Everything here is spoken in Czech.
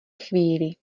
chvíli